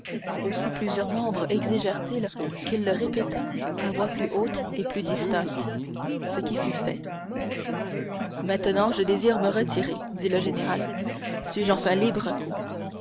aussi plusieurs membres exigèrent ils qu'il le répétât à voix plus haute et plus distincte ce qui fut fait maintenant je désire me retirer dit le général suis-je enfin libre